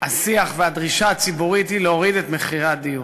השיח והדרישה הציבורית הם להוריד את מחירי הדיור.